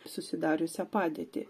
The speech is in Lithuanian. susidariusią padėtį